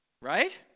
Right